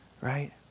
right